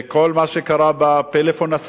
את כל מה שקרה בנושא הפלאפונים,